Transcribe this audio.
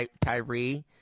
Tyree